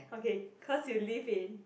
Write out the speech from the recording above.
okay cause you live in